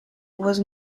was